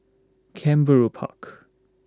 Canberra Park